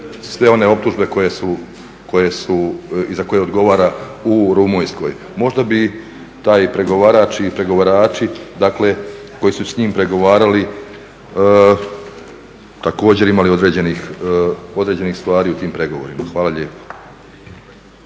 sve one optužbe koje su i za koje odgovara u Rumunjskoj. Možda bi taj pregovarač i pregovarači koji su s njim pregovarali također imali određenih stvari u tim pregovorima. Hvala lijepa.